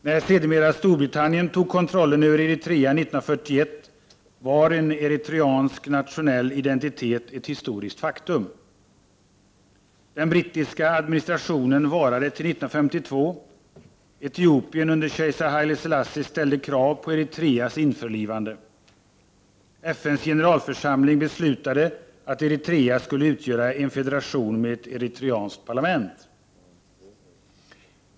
När sedermera Storbritannien tog kontrollen över Eritrea år 1941, var en eritreansk nationell identitet ett historiskt faktum. Den brittiska administrationen varade till år 1952. Etiopien under kejsar Haile Selassie ställde krav på Eritreas införlivande. FN:s generalförsamling beslutade att Eritrea skulle utgöra en federation med ett eritreanskt parlament.